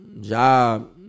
job